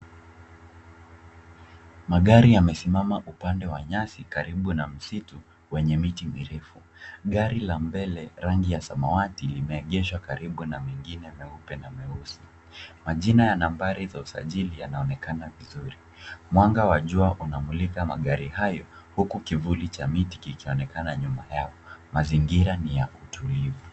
Magari yamesimama upande wa nyasi karibu na msitu wenye miti mirefu. Gari la mbele rangi ya samawati limeegeshwa karibu na mengine meupe na meusi. Majina ya nambari za usajili yanaonekana vizuri. Mwanga wa juwa unamulika magari hayo huku kivuli cha miti kikionenaka nyuma yao , mazingira ni ya utulivu.